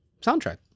soundtrack